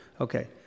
okay